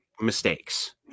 mistakes